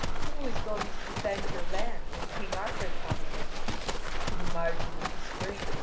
who is going to defend your land when king arthur comes next week to the margin of the spring?